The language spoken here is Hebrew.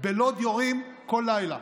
בלוד יורים כל לילה,